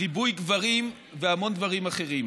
וריבוי גברים והמון דברים אחרים.